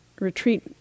retreat